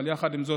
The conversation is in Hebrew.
אבל יחד עם זאת,